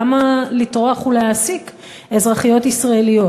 למה לטרוח ולהעסיק אזרחיות ישראליות?